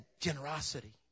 Generosity